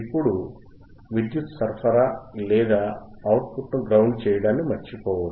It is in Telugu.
ఇప్పుడు విద్యుత్ సరఫరా లేదా అవుట్ పుట్ ను గ్రౌండ్ చేయడాన్ని మర్చిపోవద్దు